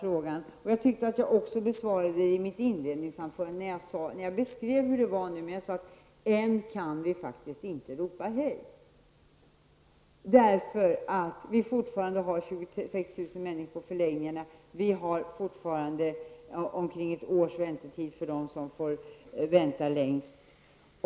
Jag tyckte också att jag lämnade ett svar när jag i mitt inledningsanförande beskrev hur det ligger till. Jag sade att vi faktiskt ännu inte kan ropa hej, eftersom vi fortfarande har 26 000 människor i förläggningarna och fortfarande ungefär ett års väntetid för dem som får vänta längst.